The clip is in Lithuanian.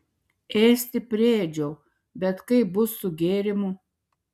ėsti priėdžiau bet kaip bus su gėrimu